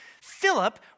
Philip